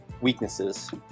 weaknesses